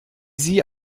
sie